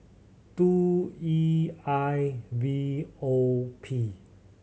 two E I V O P